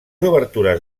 obertures